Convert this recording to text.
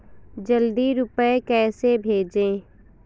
जल्दी रूपए कैसे भेजें?